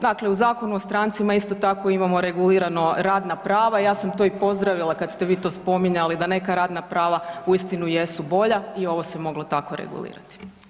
Dakle, u Zakonu o strancima isto tako imamo regulirana radna prava, ja sam to i pozdravila kada ste vi to spominjali da neka radna prava uistinu jesu bolja i ovo se moglo tako regulirati.